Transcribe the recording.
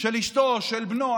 של אשתו, של בנו.